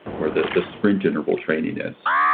or the the sprint interval training is.